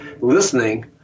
listening